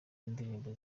indirimbo